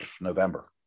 November